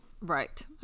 Right